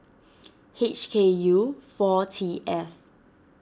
H K U four T F